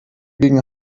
gegen